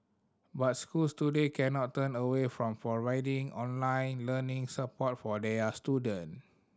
but schools today cannot turn away from providing online learning support for their student